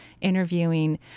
interviewing